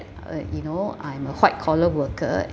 uh you know I'm a white collar worker